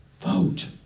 vote